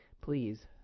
please